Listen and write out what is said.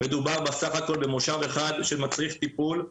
מדובר בסה"כ במושב אחד שמצריך טיפול,